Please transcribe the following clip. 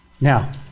Now